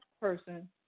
person